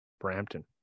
Brampton